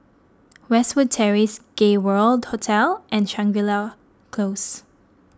Westwood Terrace Gay World Hotel and Shangri La Close